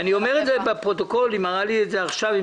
אני קורא מן הפרוטוקול של הישיבה הקודמת: "אם